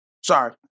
Sorry